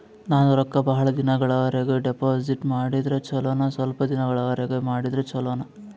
ನಾನು ರೊಕ್ಕ ಬಹಳ ದಿನಗಳವರೆಗೆ ಡಿಪಾಜಿಟ್ ಮಾಡಿದ್ರ ಚೊಲೋನ ಸ್ವಲ್ಪ ದಿನಗಳವರೆಗೆ ಮಾಡಿದ್ರಾ ಚೊಲೋನ?